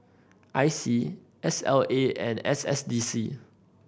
I C S L A and S S D C